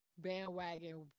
bandwagon